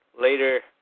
Later